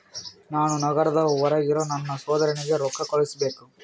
ನಾನು ನಗರದ ಹೊರಗಿರೋ ನನ್ನ ಸಹೋದರನಿಗೆ ರೊಕ್ಕ ಕಳುಹಿಸಬೇಕು